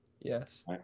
Yes